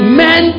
men